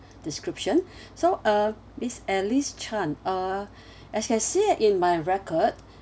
description so uh miss alice chan uh as I see here in my record